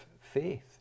faith